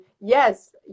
yes